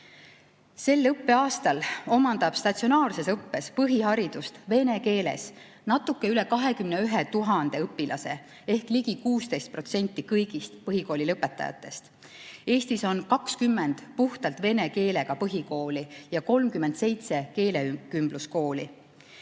Sel õppeaastal omandab statsionaarses õppes põhiharidust vene keeles natuke üle 21 000 õpilase ehk ligi 16% kõigist põhikooli lõpetajatest. Eestis on 20 puhtalt vene õppekeelega põhikooli ja 37 keelekümbluskooli.